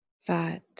fat